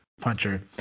puncher